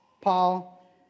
Paul